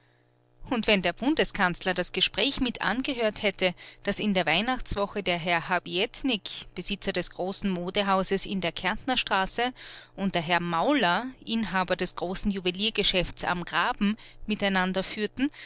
und wenn der bundeskanzler das gespräch mitangehört hätte das in der weihnachtswoche der herr habietnik besitzer des großen modehauses in der kärntnerstraße und der herr mauler inhaber des großen juweliergeschäftes am graben miteinander führten